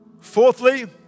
Fourthly